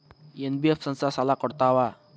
NBF ಸಂಸ್ಥಾ ಸಾಲಾ ಕೊಡ್ತಾವಾ?